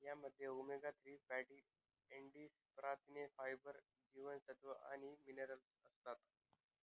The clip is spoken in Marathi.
यामध्ये ओमेगा थ्री फॅटी ऍसिड, प्रथिने, फायबर, जीवनसत्व आणि मिनरल्स असतात